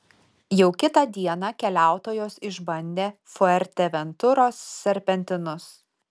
jau kitą dieną keliautojos išbandė fuerteventuros serpentinus